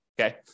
Okay